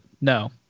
no